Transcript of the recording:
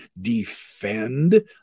defend